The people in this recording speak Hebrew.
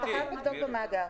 אתה חייב לבדוק במאגר.